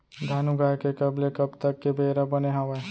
धान उगाए के कब ले कब तक के बेरा बने हावय?